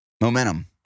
Momentum